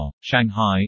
Shanghai